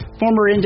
former